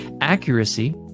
Accuracy